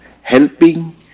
helping